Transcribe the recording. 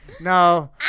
no